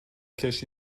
کشتی